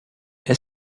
est